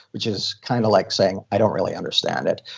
which is kind of like saying, i don't really understand it,